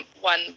one